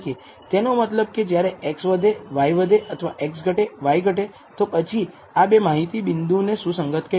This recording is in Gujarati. તેનો મતલબ કે જ્યારે x વધે y વધે અથવા x ઘટે y ઘટે તો પછી આ બે માહિતી બિંદુને સુસંગત કહેશું